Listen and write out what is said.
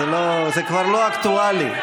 זה כבר לא אקטואלי.